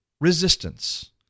resistance